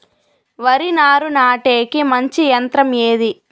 వరి నారు నాటేకి మంచి యంత్రం ఏది?